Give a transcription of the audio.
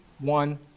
one